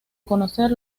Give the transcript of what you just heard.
conocer